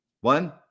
one